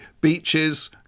Beaches